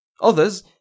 Others